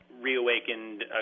reawakened